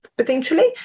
potentially